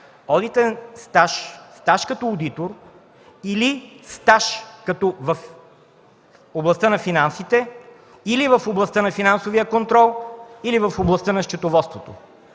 одитен стаж, стаж като одитор или стаж в областта на финансите, или в областта на финансовия контрол, или в областта на счетоводството.